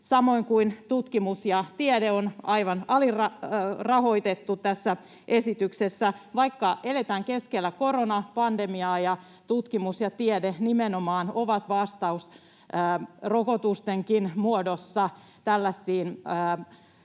Samoin tutkimus ja tiede ovat aivan alirahoitettuja tässä esityksessä, vaikka eletään keskellä koronapandemiaa ja tutkimus ja tiede nimenomaan ovat vastaus rokotustenkin muodossa tällaisiin